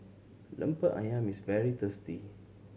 Lemper Ayam is very tasty